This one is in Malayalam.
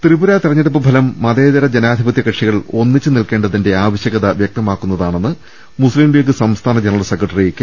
ത്രിപുര തെരഞ്ഞെടുപ്പ് ഫലം മതേതര ജനാധിപത്യ കക്ഷികൾ ഒന്നിച്ച് നിൽക്കേണ്ടതിന്റെ ആവശ്യകത വ്യക്ത മാക്കുന്നതാണെന്ന് മുസ്ലീംലീഗ് സംസ്ഥാന ജനറൽ സെക്ര ട്ടറി കെ